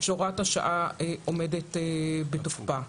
כשהוראת השעה עומדת בתוקפה.